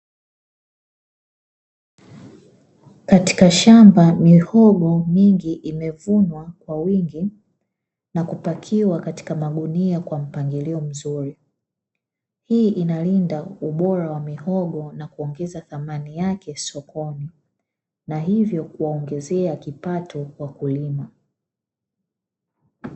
Katika shamba mihogo mingi imevunwa kwa wingi, na kupakiwa katika magunia kwa mpangilio mzuri. Hii inalinda ubora wa mihogo na kuongeza thamani yake sokoni, na hivyo kuwaongezea kipato wakulima.